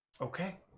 Okay